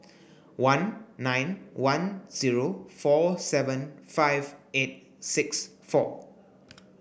one nine one zero four seven five eight six four